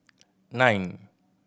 nine